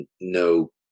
no